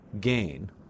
gain